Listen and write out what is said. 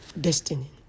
destiny